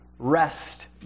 Rest